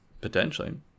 Potentially